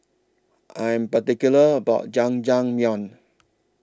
I Am particular about Jajangmyeon